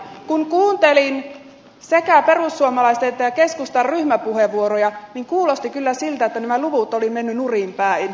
kun kuuntelin sekä perussuomalaisten että keskustan ryhmäpuheenvuoroja niin kuulosti kyllä siltä että nämä luvut olivat menneet nurinpäin